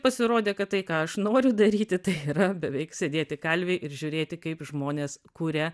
pasirodė kad tai ką aš noriu daryti tai yra beveik sėdėti kalvėj ir žiūrėti kaip žmonės kuria